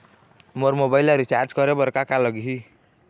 मोर mobile ला recharge करे बर का का लगही?